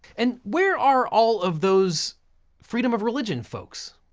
and where are all of those freedom of religion folks?